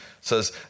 says